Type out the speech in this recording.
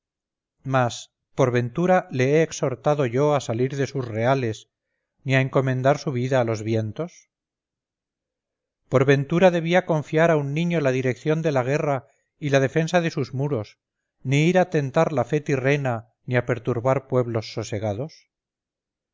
mas por ventura le he exhortado yo a salir de sus reales ni a encomendar su vida a los vientos por ventura debía confiar a un niño la dirección de la guerra y la defensa de sus muros ni ir a tentar la fe tirrena ni a perturbar pueblos sosegados